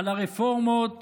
על הרפורמות